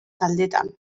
taldetan